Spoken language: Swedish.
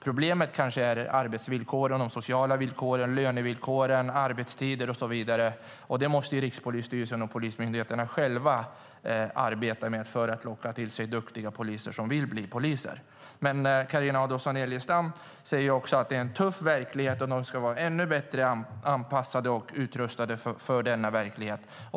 Problemet kanske är arbetsvillkoren, de sociala villkoren, lönevillkoren, arbetstider och så vidare. Det måste Rikspolisstyrelsen och polismyndigheterna själva arbeta med för att locka till sig duktiga människor som vill bli poliser. Carina Adolfsson Elgestam säger också att det är en tuff verklighet och att poliserna ska vara ännu bättre anpassade och utrustade för denna verklighet.